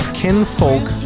kinfolk